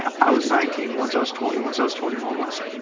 i was nineteen one says twenty one says twenty one one see.